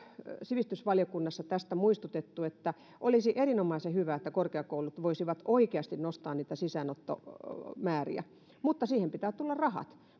sivistysvaliokunnassa tästä muistuttaneet että olisi erinomaisen hyvä että korkeakoulut voisivat oikeasti nostaa niitä sisäänottomääriä mutta siihen pitää tulla rahat